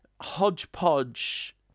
hodgepodge